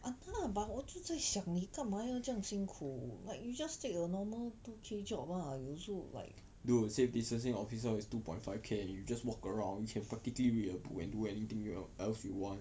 !hanna! but 我就在想你干嘛要这样辛苦 like you just take two K job lah also like